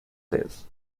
this